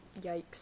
Yikes